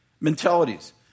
mentalities